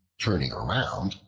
turning round,